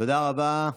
תודה רבה.